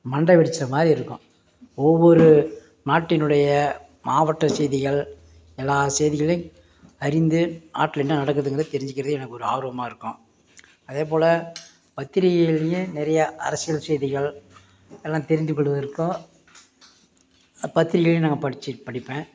மண்டை வெடித்த மாதிரி இருக்கும் ஒவ்வொரு நாட்டினுடைய மாவட்ட செய்திகள் எல்லா செய்திகளையும் அறிந்து நாட்டில என்ன நடக்குதுங்கிறது தெரிஞ்சிக்கிறது எனக்கு ஒரு ஆர்வமாக இருக்கும் அதேபோல் பத்திரிக்கைகள்லையும் நிறையா அரசியல் செய்திகள் எல்லாம் தெரிந்துக்கொள்வதற்கும் பத்திரிக்கையிலையும் நாங்கள் படித்து படிப்பேன்